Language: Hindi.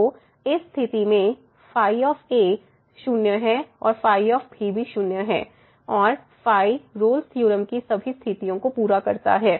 तो इस स्थिति में 0 है और भी 0 है और रोल्स थ्योरम Rolle's theorem की सभी स्थितियों को पूरा करता है